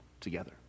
together